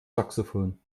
saxophon